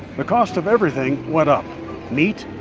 the cost of everything went up meat,